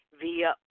via